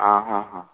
आं हां हां